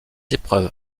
épreuves